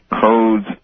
codes